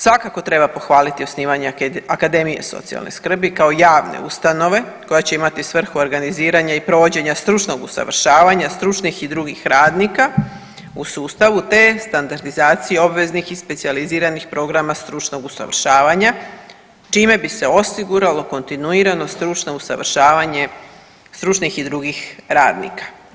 Svakako treba pohvaliti osnivanje akademije socijalne skrbi kao javne ustanove koja će imati svrhu organiziranja i provođenja stručnog usavršavanja, stručnih i drugih radnika u sustavu te standardizacije obveznih i specijaliziranih programa stručnog usavršavanja čime bi se osiguralo kontinuirano stručno usavršavanje stručnih i drugih radnika.